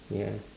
ya